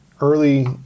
early